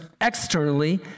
externally